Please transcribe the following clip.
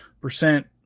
percent